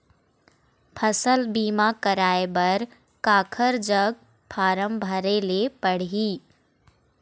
फसल बीमा कराए बर काकर जग फारम भरेले पड़ही?